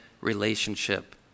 relationship